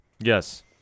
Yes